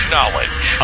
Knowledge